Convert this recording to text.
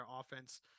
offense